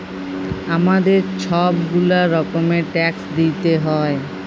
আমাদের ছব গুলা রকমের ট্যাক্স দিইতে হ্যয়